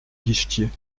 guichetier